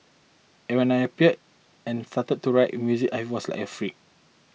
and when I appeared and started to write music I was like a freak